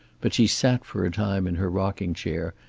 but she sat for a time in her rocking-chair,